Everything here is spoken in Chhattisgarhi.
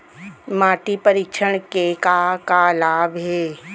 माटी परीक्षण के का का लाभ हे?